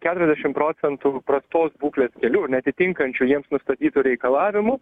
keturiasdešim procentų prastos būklės kelių neatitinkančių jiems nustatytų reikalavimų